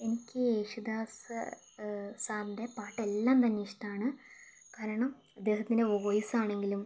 എനിക്ക് യേശുദാസ് സാറിൻ്റെ പാട്ട് എല്ലാം തന്നെ ഇഷ്ടമാണ് കാരണം അദ്ദേഹത്തിൻ്റെ വോയ്സ് ആണെങ്കിലും